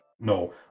no